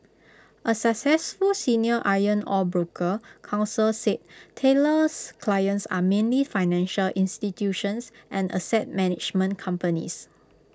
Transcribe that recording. A successful senior iron ore broker counsel said Taylor's clients are mainly financial institutions and asset management companies